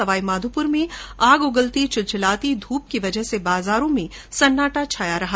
सवाई माधोपुर में आग उगलती चिलचिलाती धूप की वजह से बाजारों में सन्नाटा छाया रहा